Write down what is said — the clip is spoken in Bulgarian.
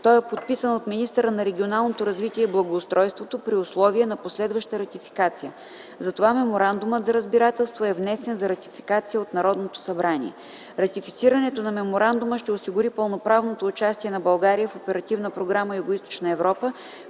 той е подписан от министъра на регионалното развитие и благоустройството при условие на последваща ратификация. Затова меморандумът за разбирателство е внесен за ратификация от Народното събрание. Ратифицирането на меморандума ще осигури пълноправното участие на България в Оперативна програма „Югоизточна Европа”